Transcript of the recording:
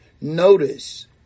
Notice